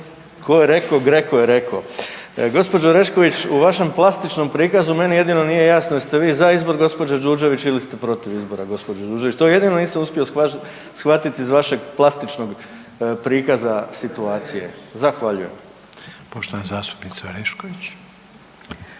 Tko je rekao GRECO je rekao. Gospođo Orešković u vašem plastičnom prikazu meni jedino nije jasno jeste vi za izbor gospođe Đurđević ili ste protiv izbora gospođe Đurđević to jedino nisam uspio shvatiti iz vašeg plastičnog prikaza situacije. Zahvaljujem. **Reiner, Željko